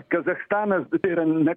kazachstanas tai yra ne